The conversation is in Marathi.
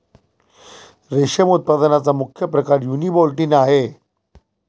रेशम उत्पादनाचा मुख्य प्रकार युनिबोल्टिन आहे